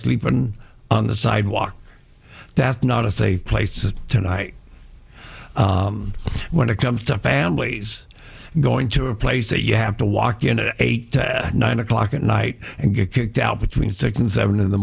sleeping on the sidewalk that's not a safe place that tonight when it comes to families going to a place that you have to walk in eight to nine o'clock at night and get kicked out between six and seven in the